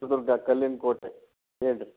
ಚಿತ್ರದುರ್ಗ ಕಲ್ಲಿನ ಕೋಟೆ ಹೇಳಿರಿ